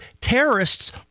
terrorists